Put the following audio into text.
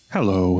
Hello